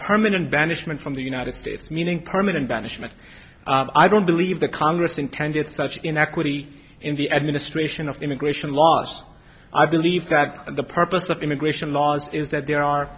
permanent banishment from the united states meaning permanent banishment i don't believe the congress intended such inequity in the administration of immigration laws i believe that the purpose of immigration laws is that there are